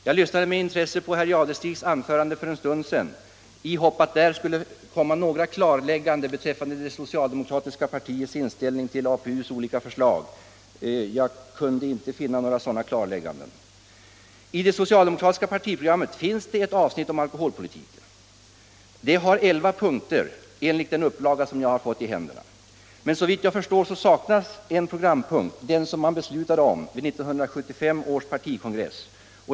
Jag lyssnade med intresse till herr Jadestigs anförande för en stund sedan i hopp om att där skulle komma några klarlägganden beträffande det socialdemokratiska partiets inställning till APU:s olika förslag, men jag kunde inte finna några sådana klarlägganden. I det socialdemokratiska partiprogrammet finns ett avsnitt om alkoholpolitiken. Det har elva punkter enligt den upplaga som jag har fått i händerna. Men såvitt jag kan förstå saknas en programpunkt, nämligen den som man beslutade om vid 1975 års partikongress.